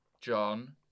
John